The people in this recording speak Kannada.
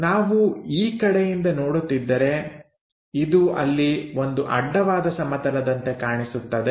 ನಾವು ಈ ಕಡೆಯಿಂದ ನೋಡುತ್ತಿದ್ದರೆ ಇದು ಅಲ್ಲಿ ಒಂದು ಅಡ್ಡವಾದ ಸಮತಲದಂತೆ ಕಾಣಿಸುತ್ತದೆ